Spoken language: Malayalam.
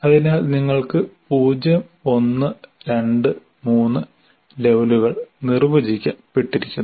അതിനാൽ നിങ്ങൾക്ക് 0 1 2 3 ലെവലുകൾ നിർവചിച്ചിക്കപ്പെട്ടിരിക്കുന്നു